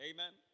Amen